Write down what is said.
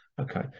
Okay